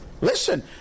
Listen